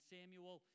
Samuel